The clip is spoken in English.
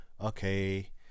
okay